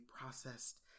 processed